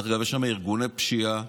דרך אגב, יש שם ארגוני פשיעה,